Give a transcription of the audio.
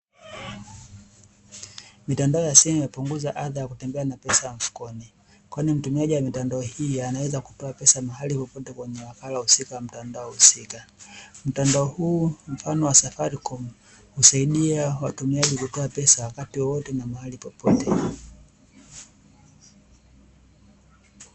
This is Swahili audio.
Mitandao ya sumu imepunguza adha ya kutembea na pesa mfukoni, kwani mtumiaji wa mitandao hii anaweza kutoa pesa mahali popote, kwenye wakala husika wa mtandao husika. Mtando huu, mfano wa ''Safaricom'', husidia watumiaji kutoa pesa wakati wowote, na kutuma mahali popote.